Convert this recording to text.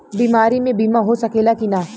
बीमारी मे बीमा हो सकेला कि ना?